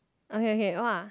okay okay !wah!